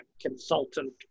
consultant